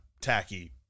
tacky